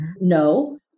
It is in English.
No